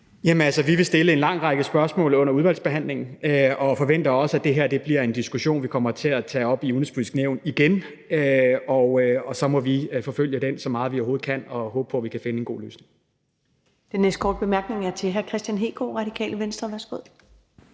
Vi vil stille en lang række spørgsmål under udvalgsbehandlingen og forventer også, at det her bliver en diskussion, vi kommer til at tage op i Det Udenrigspolitiske Nævn igen, og så må vi forfølge den så meget, vi overhovedet kan, og håbe på, at vi kan finde en god løsning. Kl. 22:36 Første næstformand (Karen Ellemann): Den næste korte bemærkning er til hr. Kristian Hegaard, Radikale Venstre. Værsgo.